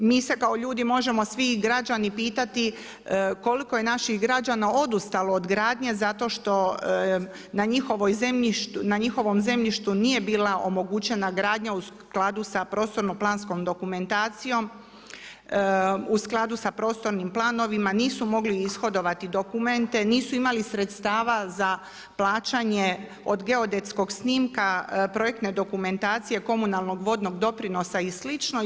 Mi se kao ljudi možemo svi i građani pitati koliko je naših građana odustalo od gradnje zato što na njihovom zemljištu nije bila omogućena gradnja u skladu sa prostorno-planskom dokumentacijom, u skladu sa prostornim planovima nisu mogli ishodovati dokumente, nisu imali sredstava za plaćanje od geodetskog snimka projektne dokumentacije komunalnog vodnog doprinosa i slično.